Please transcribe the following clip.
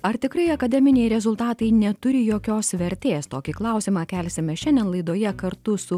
ar tikrai akademiniai rezultatai neturi jokios vertės tokį klausimą kelsime šiandien laidoje kartu su